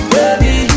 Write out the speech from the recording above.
Baby